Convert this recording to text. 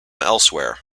elsewhere